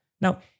Now